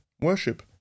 worship